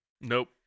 Nope